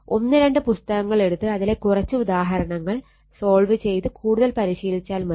ഒന്ന് രണ്ട് പുസ്തകങ്ങൾ എടുത്ത് അതിലെ കുറച്ച് ഉദാഹരണങ്ങൾ സോൾവ് ചെയ്ത് കൂടുതൽ പരിശീലിച്ചാൽ മതി